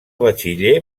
batxiller